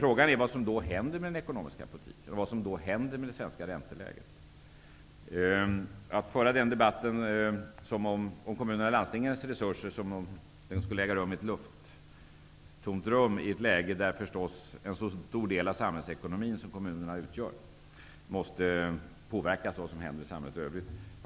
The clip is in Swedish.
Frågan är vad som då händer med den ekonomiska politiken och vad som då händer med det svenska ränteläget. Jag tycker att det är litet märkligt att föra debatten som om kommunernas och landstingens resurser existerade i ett avskilt rum, när kommunerna och landstingen, genom att de utgör en så stor del av samhällsekonomin, naturligtvis måste påverkas av vad som händer i samhället i övrigt.